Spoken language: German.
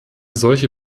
solche